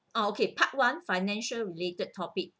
oh okay part one financial related topic